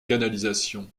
canalisations